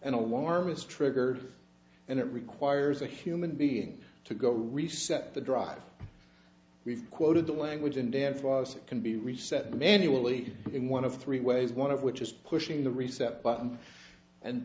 and alarmist trigger and it requires a human being to go reset the drive we've quoted the language in there for us it can be reset manually in one of three ways one of which is pushing the reset button and